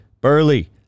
Burley